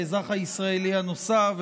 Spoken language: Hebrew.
האזרח הישראלי הנוסף,